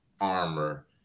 armor